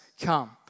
come